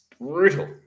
brutal